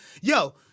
Yo